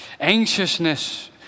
Anxiousness